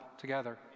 together